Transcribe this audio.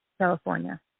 California